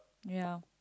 ya